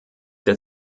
der